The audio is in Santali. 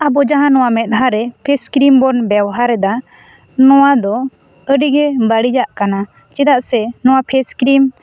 ᱟᱵᱚ ᱡᱟᱦᱟᱸ ᱱᱚᱣᱟ ᱢᱮᱫ ᱦᱟᱸ ᱨᱮ ᱯᱷᱮᱥ ᱠᱨᱤᱢ ᱵᱚᱱ ᱵᱮᱣᱦᱟᱨᱮᱫᱟ ᱱᱚᱣᱟ ᱫᱚ ᱟᱹᱰᱤ ᱜᱮ ᱵᱟᱹᱲᱤᱡᱟᱜ ᱠᱟᱱᱟ ᱪᱮᱫᱟᱜ ᱥᱮ ᱱᱚᱣᱟ ᱯᱷᱮᱥ ᱠᱨᱤᱢ